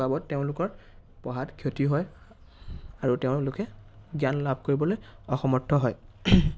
বাবদ তেওঁলোকৰ পঢ়াত ক্ষতি হয় আৰু তেওঁলোকে জ্ঞান লাভ কৰিবলৈ অসমৰ্থ হয়